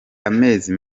amezi